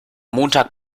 montag